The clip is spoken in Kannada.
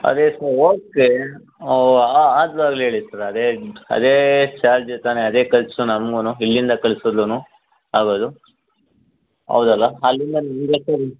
ಅದೇ ಸರ್ ಓಕೆ ಆದ್ಮೇಲೆ ಹೇಳಿ ಸರ್ ಅದೇ ಅದೇ ಚಾರ್ಜು ತಾನೇ ಅದೇ ಕಳ್ಸಿ ನಮಗುನು ಇಲ್ಲಿಂದ ಕಳ್ಸದುನು ಹೌದು ಹೌದಲ್ಲ ಅಲ್ಲಿಂದ ನಿಮಗಷ್ಟೆ